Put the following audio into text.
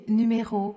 numéro